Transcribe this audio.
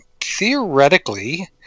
theoretically